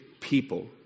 people